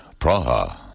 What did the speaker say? Praha